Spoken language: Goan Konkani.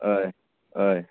हय हय